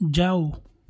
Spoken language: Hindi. जाओ